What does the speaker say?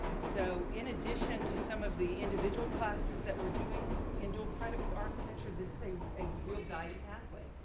so in addition to some of the individual classes that we're doing in dual credit with architecture, this is a a real guided pathway,